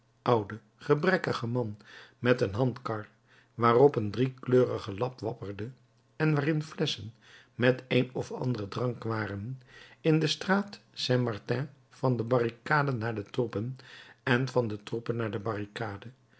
oude gebrekkige man met een handkar waarop een driekleurige lap wapperde en waarin flesschen met een of anderen drank waren in de straat st martin van de barricade naar de troepen en van de troepen naar de barricade